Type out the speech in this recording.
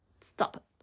stop